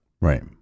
Right